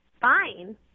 Fine